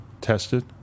tested